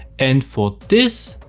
and for this,